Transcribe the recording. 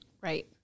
Right